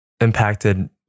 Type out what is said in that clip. impacted